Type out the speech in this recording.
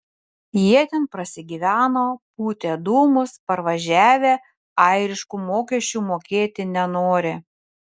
jie ten prasigyveno pūtė dūmus parvažiavę airiškų mokesčių mokėti nenori